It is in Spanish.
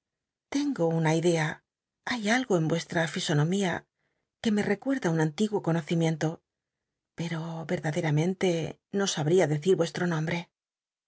tengo una idea hay algo en yuc ira fi onomia que me rc ucnla un antiguo conocimiento pero rcrdaderamen te no sabría deci r ncstr